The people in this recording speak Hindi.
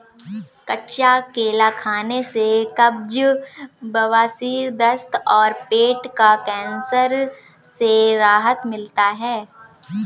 कच्चा केला खाने से कब्ज, बवासीर, दस्त और पेट का कैंसर से राहत मिलता है